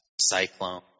Cyclone